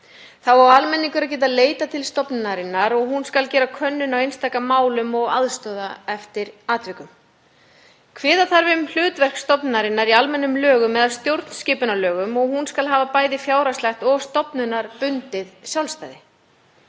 Þá á almenningur að geta leitað til stofnunarinnar og hún skal gera könnun á einstaka málum og aðstoða eftir atvikum. Kveða þarf á um hlutverk stofnunarinnar í almennum lögum eða stjórnskipunarlögum og hún skal hafa bæði fjárhagslegt og stofnanabundið sjálfstæði.